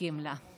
זקוקים לה.